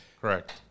correct